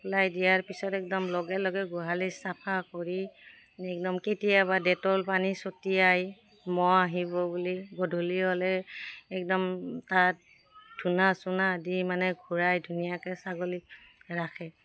ওলাই দিয়াৰ পিছত একদম লগে লগে গোহালি চাফা কৰি একদম কেতিয়াবা ডেটল পানী ছটিয়াই মহ আহিব বুলি গধূলি হ'লে একদম তাত ধূনা চূনা দি মানে ঘূৰাই ধুনীয়াকৈ ছাগলীক ৰাখে